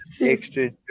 extra